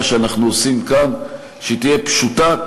שאנחנו עושים כאן שהיא תהיה פשוטה,